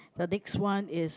the next one is